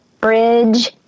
bridge